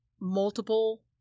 multiple